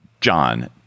John